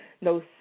No